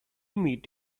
meet